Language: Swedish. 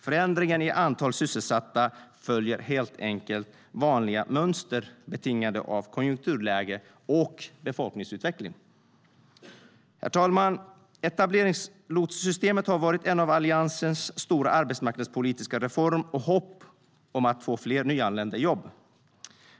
Förändringarna i antal sysselsatta följer helt enkelt vanliga mönster betingade av konjunkturläge och befolkningsutveckling. Herr talman! Etableringslotssystemet har varit en av Alliansens stora arbetsmarknadspolitiska reformer och dess hopp att få fler nyanlända i jobb.